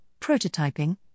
prototyping